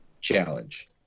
Challenge